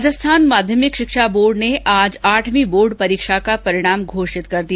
राजस्थान माध्यमिक शिक्षा बोर्ड ने आज आठवीं बोर्ड परीक्षा का परिणाम घोषित कर दिया